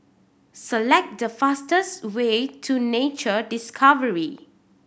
select the fastest way to Nature Discovery